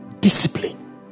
Discipline